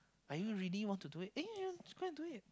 are you really want to do it eh you just go and do it